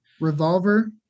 revolver